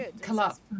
collapse